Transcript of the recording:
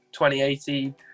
2018